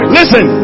listen